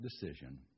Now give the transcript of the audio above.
decision